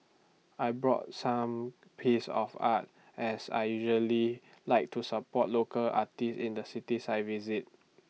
I bought some piece of art as I usually like to support local arty in the cities I visit